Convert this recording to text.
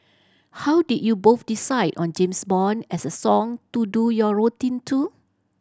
how did you both decide on James Bond as a song to do your routine to